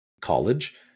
college